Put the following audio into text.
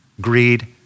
greed